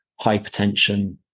hypertension